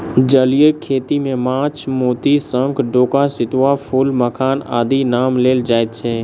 जलीय खेती मे माछ, मोती, शंख, डोका, सितुआ, फूल, मखान आदिक नाम लेल जाइत छै